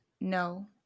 no